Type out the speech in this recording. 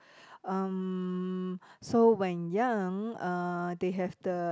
um so when young uh they have the